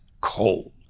cold